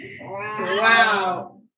Wow